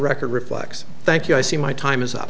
record reflects thank you i see my time is up